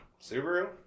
Subaru